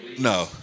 No